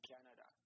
Canada